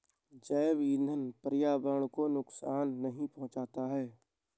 जैव ईंधन पर्यावरण को नुकसान नहीं पहुंचाता है